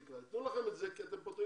ייתנו לכם את זה כי אתם פותרים